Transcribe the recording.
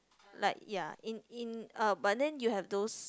like ya in in uh but then you have those